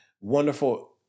wonderful